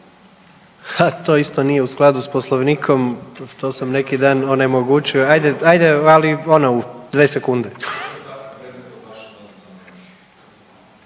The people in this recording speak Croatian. to isto nije u skladu s Poslovnikom, to sam neki dan onemogućio, ajde, ajde, ali ono, u 2 sekunde.